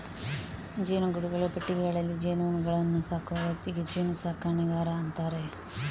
ಜೇನುಗೂಡುಗಳು, ಪೆಟ್ಟಿಗೆಗಳಲ್ಲಿ ಜೇನುಹುಳುಗಳನ್ನ ಸಾಕುವ ವ್ಯಕ್ತಿಗೆ ಜೇನು ಸಾಕಣೆಗಾರ ಅಂತಾರೆ